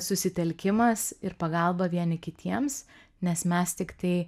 susitelkimas ir pagalba vieni kitiems nes mes tiktai